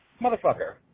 Motherfucker